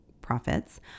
profits